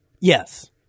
Yes